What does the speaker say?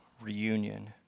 reunion